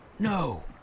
No